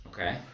Okay